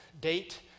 Date